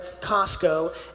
Costco